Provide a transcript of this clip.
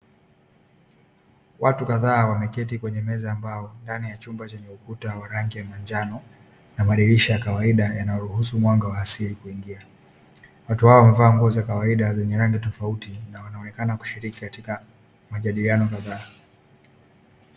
Watu kadhaa wameketi kwenye meza ya mbao ndani ya chumba chenye ukuta wa rangi ya manjano na madirisha ya kawaida yanaruhusu mwanga wa asili kuingia. Watu hawa wamevaa nguo za kawaida zenye rangi tofauti na wanaonekana kushiriki katika majadiliano kadhaa.